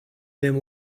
them